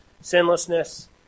sinlessness